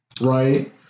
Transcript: Right